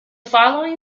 following